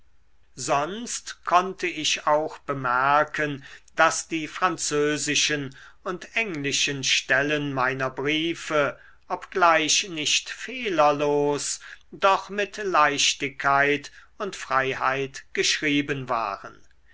sonst konnte ich auch bemerken daß die französischen und englischen stellen meiner briefe obgleich nicht fehlerlos doch mit leichtigkeit und freiheit geschrieben waren